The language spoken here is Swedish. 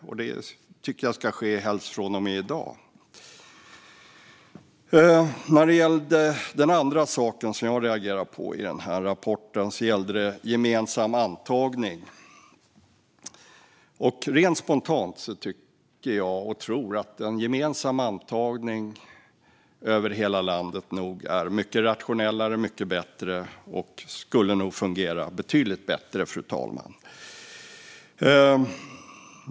Och det ska helst ske från och med i dag, tycker jag. Den andra saken som jag reagerade på i den här rapporten gäller gemensam antagning. Rent spontant tycker och tror jag att en gemensam antagning över hela landet är mycket rationellare och bättre och nog skulle fungera betydligt bättre, fru talman.